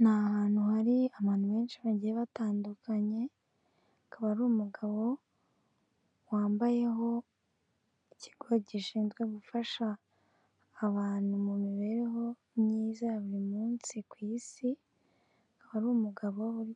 Ni ahantu hari abantu benshi bagiye batandukanye, hakaba hari umugabo wambayeho ikigo gishinzwe gufasha abantu mu mibereho myiza ya buri munsi ku isi, akaba ari umugabo uri